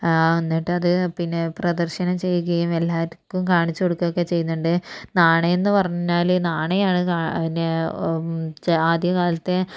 എന്നിട്ടത് പിന്നെ പ്രദർശനം ചെയ്യുകയും എല്ലാവർക്കും കാണിച്ച് കൊടുക്കുകയൊക്കെ ചെയ്യുന്നുണ്ട് നാണയമെന്നു പറഞ്ഞാൽ നാണയമാണ് ക പിന്നെ ച ആദ്യകാലത്തെ